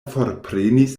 forprenis